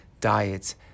diets